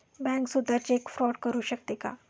Bank सुद्धा cheque fraud करू शकते का?